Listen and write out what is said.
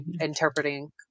interpreting